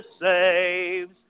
saves